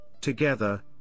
together